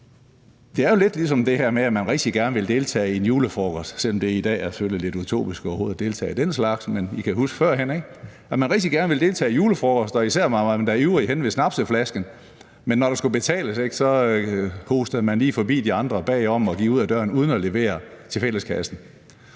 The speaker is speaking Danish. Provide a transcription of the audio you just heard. Det er jo lidt ligesom det her med, at man rigtig gerne vil deltage i en julefrokost – selv om det i dag jo selvfølgelig er lidt utopisk overhovedet at deltage i den slags, men I kan huske førhen, ikke? – og man var især ivrigt henne ved snapseflasken. Men når der skulle betales, listede man lige bag om de andre og gik ud ad døren uden at levere til fælleskassen.